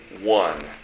one